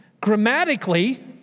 Grammatically